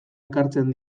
ekartzen